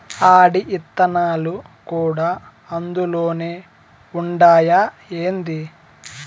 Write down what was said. ఆటి ఇత్తనాలు కూడా అందులోనే ఉండాయా ఏంది